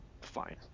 fine